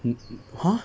mm !huh!